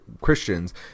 Christians